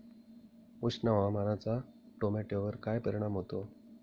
उष्ण हवामानाचा टोमॅटोवर काय परिणाम होतो?